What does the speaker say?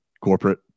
corporate